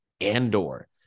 Andor